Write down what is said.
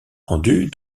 rendus